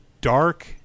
dark